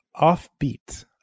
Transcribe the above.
offbeat